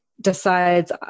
decides